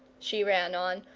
she ran on,